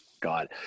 god